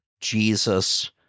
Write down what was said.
Jesus